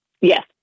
Yes